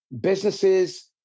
businesses